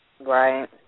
Right